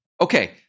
Okay